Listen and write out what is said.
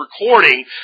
recording